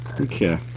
Okay